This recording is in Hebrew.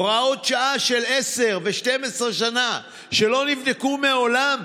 הוראות שעה של 10 ו-12 שנה שלא נבדקו מעולם,